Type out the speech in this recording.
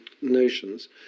notions